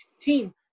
team